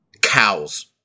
Cows